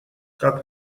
как